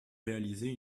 réaliser